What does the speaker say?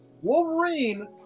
Wolverine